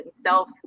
self